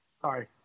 sorry